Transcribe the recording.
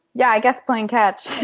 yeah i guess playing catch.